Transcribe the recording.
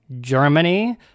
Germany